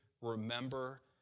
remember